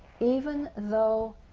even though